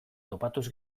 topatuz